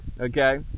okay